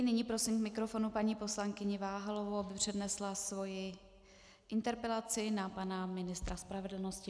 Nyní prosím k mikrofonu paní poslankyni Váhalovou, aby přednesla svoji interpelaci na pana ministra spravedlnosti.